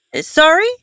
Sorry